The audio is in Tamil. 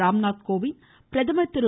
ராம்நாத் கோவிந்த் பிரதமர் திரு